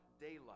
daylight